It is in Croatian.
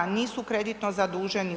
Nisu kreditno zaduženi.